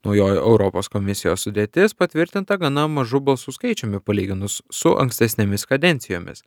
naujoji europos komisijos sudėtis patvirtinta gana mažu balsų skaičiumi palyginus su ankstesnėmis kadencijomis